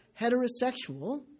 heterosexual